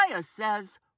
says